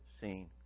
seen